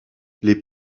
les